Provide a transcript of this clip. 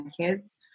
kids